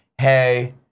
hey